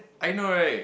I know right